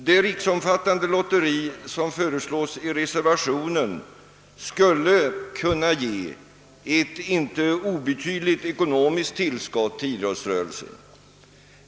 Det riksomfattande lotteri som föreslås i reservationen skulle kunna ge ett inte obetydligt ekonomiskt tillskott till idrottsrörelsen.